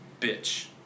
Bitch